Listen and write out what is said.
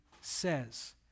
says